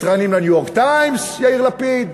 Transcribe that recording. מתראיינים ל"ניו-יורק טיימס", יאיר לפיד.